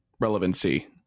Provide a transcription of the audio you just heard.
Relevancy